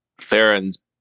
theron's